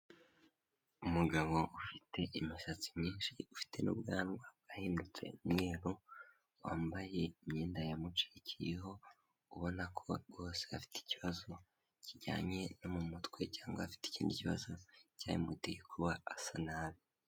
Umugabo ufite imisatsi myinshi ufite n'ubwanwa bwahindutse umweru, wambaye imyenda yamucikiyeho ubona ko rwose afite ikibazo kijyanye no mu mutwe cyangwa afite ikindi kibazo cyabimuteye kuba asa nabi.